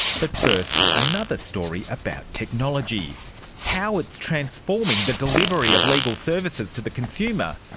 but first another story about technology how it's transforming the delivery of legal services to the consumer,